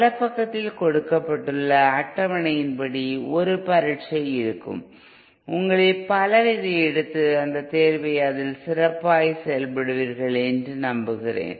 வலைப்பக்கத்தில் கொடுக்கப்பட்டுள்ள அட்டவணையின்படி ஒரு பரீட்சை இருக்கும் உங்களில் பலர் இதை எடுத்து அந்த தேர்வை எடுத்து அதில் சிறப்பாக செயல்படுவீர்கள் என்று நம்புகிறேன்